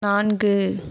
நான்கு